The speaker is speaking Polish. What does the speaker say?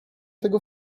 tego